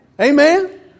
Amen